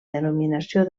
denominació